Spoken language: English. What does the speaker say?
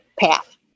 path